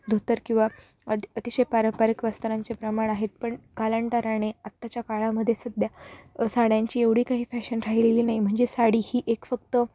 धोतर किंवा अ अतिशय पारंपारिक वस्त्रांचे प्रमाण आहेत पण कालांतराने आत्ताच्या काळामध्ये सध्या अ साड्यांची एवढी काही फॅशन राहिलेली नाही म्हणजे साडी ही एक फक्त